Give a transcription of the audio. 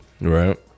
Right